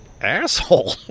asshole